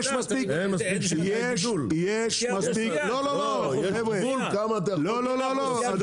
יש גבול כמה אתה יכול להוסיף